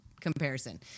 comparison